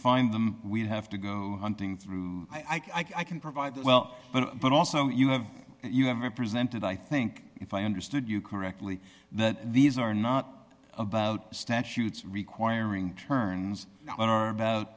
find them we'd have to go hunting through i can provide well but but also you have you have represented i think if i understood you correctly that these are not about statutes requiring turns are about